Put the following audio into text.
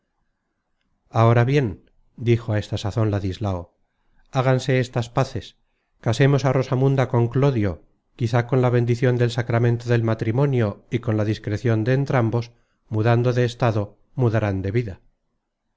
ahora bien dijo a esta sazon ladislao háganse estas paces casemos á rosamunda con clodio quizá con la bendicion del sacramento del matrimonio y con la discrecion de entrambos mudando de estado mudarán de vida